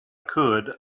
could